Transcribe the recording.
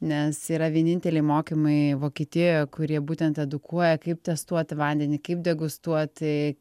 nes yra vieninteliai mokymai vokietijoje kurie būtent edukuoja kaip testuoti vandenį kaip degustuoti